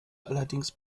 allerdings